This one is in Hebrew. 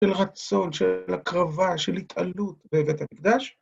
של רצון, של הקרבה, של התעלות בבית המקדש.